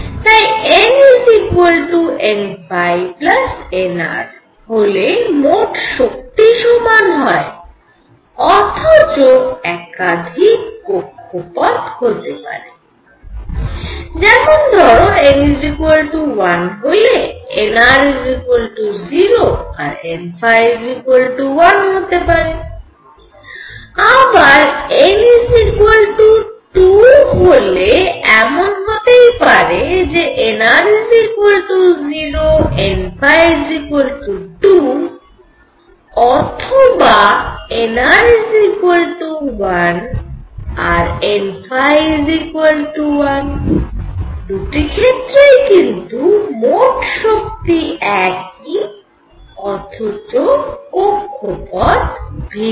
তাই n nnr হলে মোট শক্তি সমান হয় অথচ একাধিক কক্ষপথ হতে পারে যেমন ধরো n 1 হলে nr0 আর n1 হতে পারে আবার n 2 হলে এমন হতেই পারে যে nr0 n2 অথবা nr1 ও n1 দুটি ক্ষেত্রেই কিন্তু মোট শক্তি একই অথচ কক্ষপথ ভিন্ন